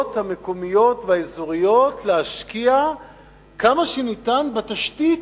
המקומיות והאזוריות להשקיע כמה שניתן בתשתית,